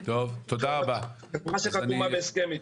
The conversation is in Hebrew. עם חברה שחתומה בהסכם איתה.